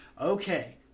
Okay